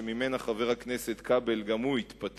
שגם ממנה חבר הכנסת כבל התפטר,